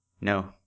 No